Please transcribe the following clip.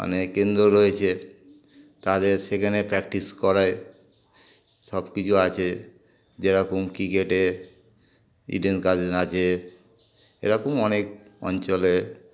মানে কেন্দ্র রয়েছে তাদের সেখানে প্র্যাকটিস করায় সব কিছু আছে যেরকম ক্রিকেটে ইডেন গার্ডেন আছে এরকম অনেক অঞ্চলে